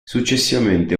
successivamente